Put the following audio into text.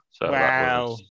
Wow